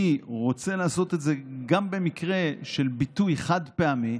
אני רוצה לעשות את זה גם במקרה של ביטוי חד-פעמי